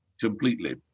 completely